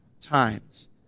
times